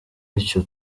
bityo